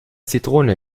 zitrone